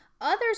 Others